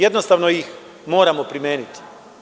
Jednostavno ih moramo primeniti.